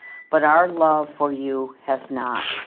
but our love for you has not.